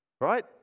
Right